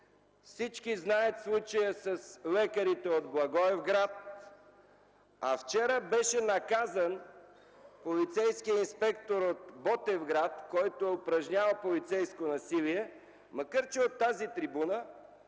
всички знаят случая с лекарите от Благоевград. Вчера беше наказан полицейският инспектор от Ботевград, който е упражнявал полицейско насилие, макар че от тази трибуна